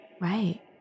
Right